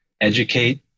educate